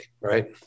Right